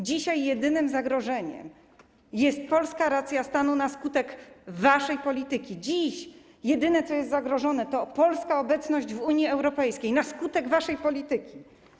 Dzisiaj zagrożona jest jedynie polska racja stanu na skutek waszej polityki, dziś jedyne, co jest zagrożone, to polska obecność w Unii Europejskiej - na skutek waszej polityki.